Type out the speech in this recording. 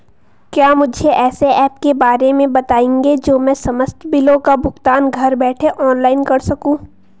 क्या मुझे ऐसे ऐप के बारे में बताएँगे जो मैं समस्त बिलों का भुगतान घर बैठे ऑनलाइन कर सकूँ?